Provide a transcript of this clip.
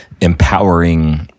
empowering